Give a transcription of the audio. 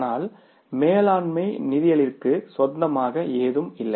ஆனால் மேலாண்மை நிதியளிற்கு சொந்தமாக எதுவும் இல்லை